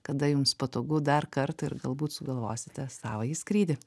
kada jums patogu dar kartą ir galbūt sugalvosite savąjį skrydį